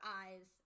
eyes